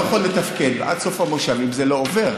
יכול לתפקד עד סוף המושב אם זה לא עובר.